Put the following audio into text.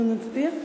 אנחנו נצביע?